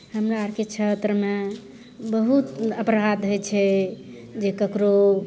हमरा अरके क्षेत्रमे बहुत अपराध होइ छै जे ककरो